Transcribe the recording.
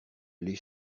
les